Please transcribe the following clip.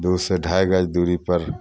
दूसँ ढाइ गज दूरीपर